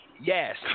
Yes